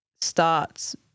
starts